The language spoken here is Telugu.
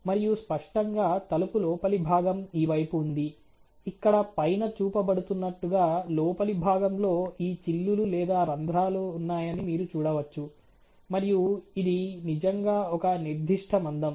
మరియు స్పష్టంగా తలుపు లోపలి భాగం ఈ వైపు ఉంది ఇక్కడ పైన చూపబడుతున్నట్టుగా లోపలి భాగంలో ఈ చిల్లులు లేదా రంధ్రాలు ఉన్నాయని మీరు చూడవచ్చు మరియు ఇది నిజంగా ఒక నిర్దిష్ట మందం